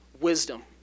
wisdom